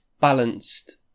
balanced